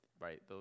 right